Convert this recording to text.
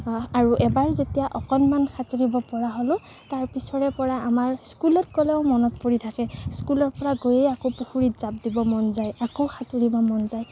বা আৰু এবাৰ যেতিয়া অকণমান সাঁতুৰিবপৰা হ'লোঁ তাৰপিছৰেপৰা আমাৰ স্কুলত গ'লেও মনত পৰি থাকে স্কুলৰপৰা গৈয়ে আকৌ পুখুৰীত জাঁপ দিব মন যায় আকৌ সাঁতুৰিব মন যায়